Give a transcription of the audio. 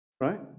right